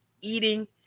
eating